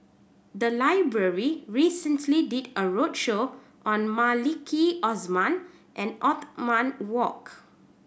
the library recently did a roadshow on Maliki Osman and Othman Wok